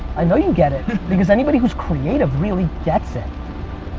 i know you get it because anybody whose creative really gets it.